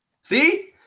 See